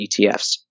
ETFs